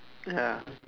ya